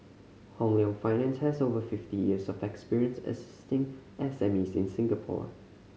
Hong Leong Finance has over fifty years of experience assisting S M Es in Singapore